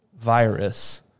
virus